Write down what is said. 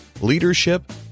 leadership